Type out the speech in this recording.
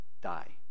die